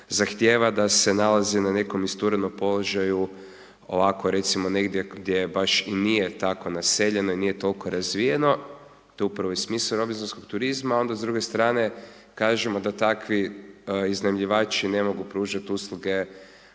zahtjeva da se nalazi na nekom isturenom položaju, ovako recimo negdje gdje baš nije tako naseljeno i nije toliko razvijeno, to je upravo i smisao robinzonskog turizma, onda s druge strane kažemo da takvi iznajmljivači ne mogu pružati usluge